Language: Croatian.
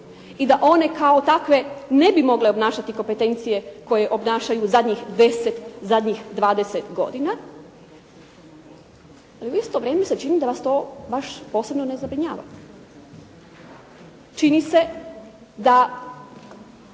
i da one kao takve ne bi mogle obnašati kompetencije koje obnašaju zadnjih 10, zadnjih 20 godina, ali u isto vrijeme se čini da vas to baš posebno ne zabrinjava. Čini se da